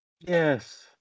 Yes